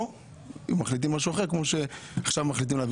או להעביר את זה למיזמים ציבוריים כמו שעכשיו אנחנו מחליטים.